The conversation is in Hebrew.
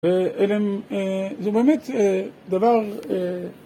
זה באמת דבר...